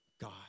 God